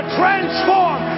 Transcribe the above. transform